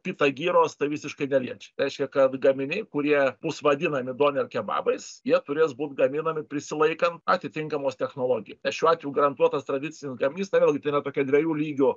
pita gyros tai visiškai neliečia tai reiškia kad gaminiai kurie bus vadinami doner kebabais jie turės būti gaminami prisilaikant atitinkamos technologijos nes šiuo atveju garantuotas tradicinis gaminys tai vėlgi tai yra tokia dviejų lygių